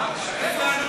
כמה פעמים?